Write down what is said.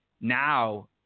now